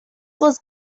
was